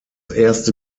erste